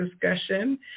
discussion